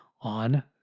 on